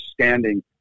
standing